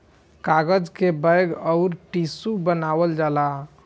कागज से बैग अउर टिशू बनावल जाला